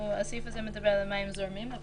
הסעיף הזה מדבר על מים זורמים.